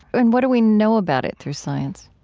and what do we know about it through science?